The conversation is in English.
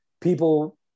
people